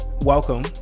welcome